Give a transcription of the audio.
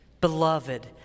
Beloved